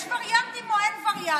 יש וריאנטים או אין וריאנטים?